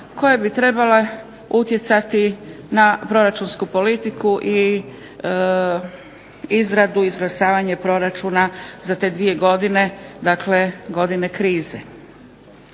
koje bi trebale utjecati na proračunsku politiku i izradu i izglasavanje proračuna za te dvije godine, dakle godine krize.